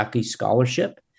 scholarship